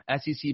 sec